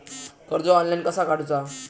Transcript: कर्ज ऑनलाइन कसा काडूचा?